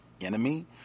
enemy